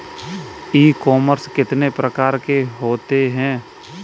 ई commerce कितने प्रकार के होते हैं?